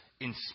inspire